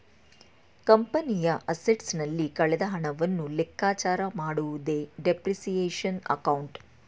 ಕಂಪನಿಯ ಅಸೆಟ್ಸ್ ನಲ್ಲಿ ಕಳೆದ ಹಣವನ್ನು ಲೆಕ್ಕಚಾರ ಮಾಡುವುದೇ ಡಿಪ್ರಿಸಿಯೇಶನ್ ಅಕೌಂಟ್